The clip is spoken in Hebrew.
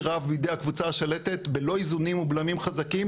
רב בידי הקבוצה השלטת בלא איזונים ובלמים חזקים,